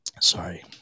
Sorry